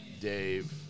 Dave